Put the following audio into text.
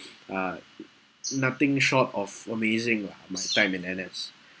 uh nothing short of amazing lah my time in N_S